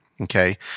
Okay